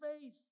faith